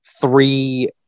Three